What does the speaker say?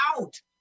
out